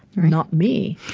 not me.